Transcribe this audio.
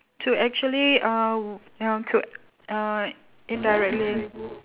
to actually uh w~ um to uh indirectly